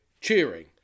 cheering